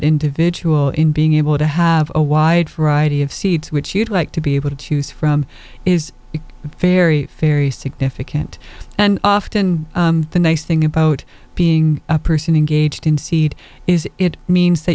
individual in being able to have a wide variety of seeds which you'd like to be able to choose from is a fairy very significant and often the nice thing about being a person engaged in seed is it means that